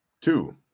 Two